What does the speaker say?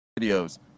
videos